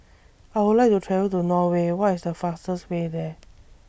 I Would like to travel to Norway What IS The fastest Way There